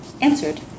answered